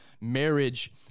marriage